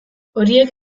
horiek